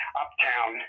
uptown